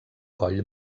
coll